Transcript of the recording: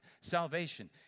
Salvation